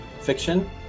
fiction